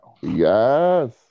Yes